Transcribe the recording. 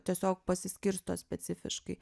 tiesiog pasiskirsto specifiškai